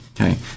Okay